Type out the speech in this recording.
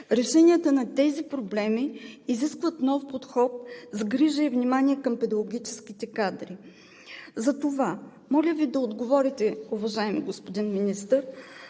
Решенията на тези проблеми изискват нов подход с грижа и внимание към педагогическите кадри. Затова моля Ви да отговорите, уважаеми господин Министър: